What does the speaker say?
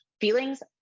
Feelings